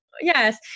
Yes